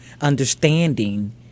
understanding